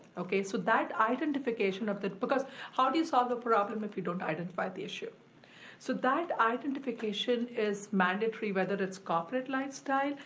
okay, so that identification of the, because how do you solve the problem if you don't identify the issue. so that identification is mandatory whether it's corporate lifestyle,